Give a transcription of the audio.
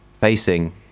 facing